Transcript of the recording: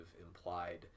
implied